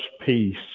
peace